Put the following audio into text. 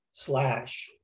Slash